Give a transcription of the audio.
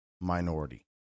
minority